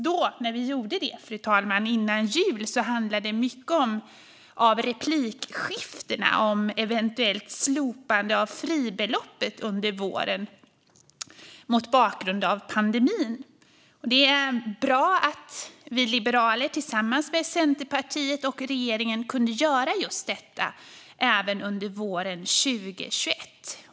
Då, innan jul, handlade många av replikskiftena om ett eventuellt slopande av fribeloppet under våren mot bakgrund av pandemin. Det är bra att vi liberaler tillsammans med Centerpartiet och regeringen kunde göra just detta under våren 2021.